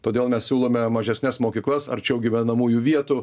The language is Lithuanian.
todėl mes siūlome mažesnes mokyklas arčiau gyvenamųjų vietų